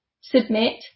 submit